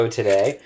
today